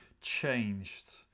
changed